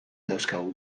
dauzkagu